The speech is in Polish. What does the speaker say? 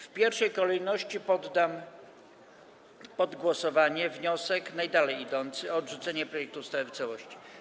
W pierwszej kolejności poddam pod głosowanie wniosek najdalej idący, o odrzucenie projektu ustawy w całości.